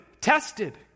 tested